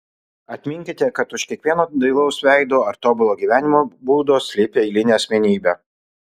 atminkite kad už kiekvieno dailaus veido ar tobulo gyvenimo būdo slypi eilinė asmenybė